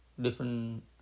different